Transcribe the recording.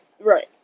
Right